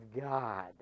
God